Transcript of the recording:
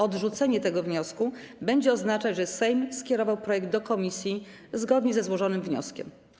Odrzucenie tego wniosku będzie oznaczać, że Sejm skierował projekt do komisji zgodnie ze złożonym wnioskiem.